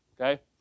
Okay